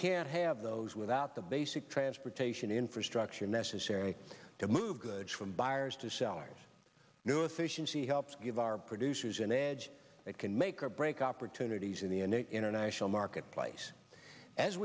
can't have those without the basic transportation infrastructure necessary to move goods from buyers to sellers new efficiency helps give our producers an edge that can make or break opportunities in the international marketplace as